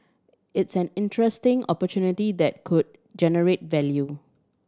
it's an interesting opportunity that could generate value